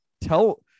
tell